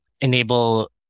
enable